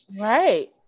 right